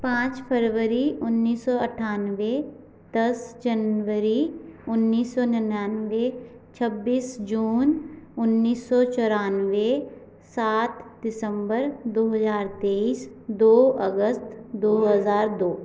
पाँच फरवरी उन्नीस सौ अठानवे दस जनवरी उन्नीस सौ निन्यानबे छब्बीस जून उन्नीस सौ चौरानवे सात दिसंबर दो हजार तेईस दो अगस्त दो हजार दो